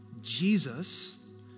Jesus